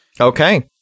okay